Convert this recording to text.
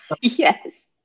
yes